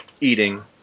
eating